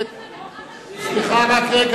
יש לך, סגן שר?